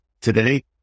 today